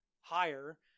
higher